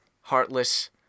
Heartless